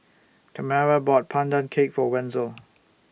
Tamara bought Pandan Cake For Wenzel